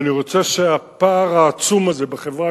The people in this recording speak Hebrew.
ואני רוצה שהפער העצום הזה בחברה